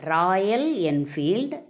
Royal Enfield